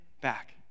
back